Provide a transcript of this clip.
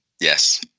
Yes